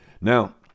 Now